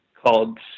called